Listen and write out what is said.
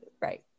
Right